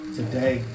today